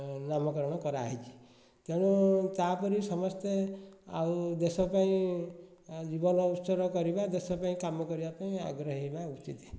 ନାମ କରଣ କରାହୋଇଛି ତେଣୁ ତା'ପରେ ସମସ୍ତେ ଆଉ ଦେଶପାଇଁ ଜୀବନ ଉତ୍ସର୍ଗ କରିବା ଦେଶପାଇଁ କାମ କରିବାପାଇଁ ଆଗ୍ରହୀ ହେବା ଉଚିତ